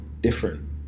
different